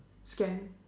scan